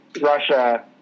Russia